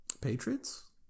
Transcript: Patriots